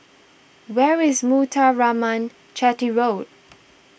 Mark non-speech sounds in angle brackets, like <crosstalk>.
where is Muthuraman Chetty Road <noise>